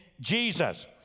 Jesus